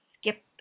skip